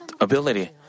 ability